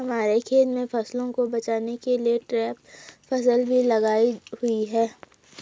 हमारे खेत में फसलों को बचाने के लिए ट्रैप फसल भी लगाई हुई है